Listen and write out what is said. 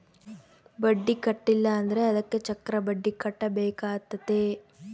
ಬಡ್ಡಿ ಕಟ್ಟಿಲ ಅಂದ್ರೆ ಅದಕ್ಕೆ ಚಕ್ರಬಡ್ಡಿ ಕಟ್ಟಬೇಕಾತತೆ